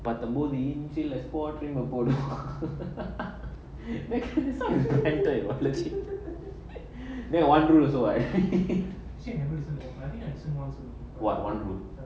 but the money still poor dream about it ah is the entire perplexing then you wonder also I say never mind you ask was what one would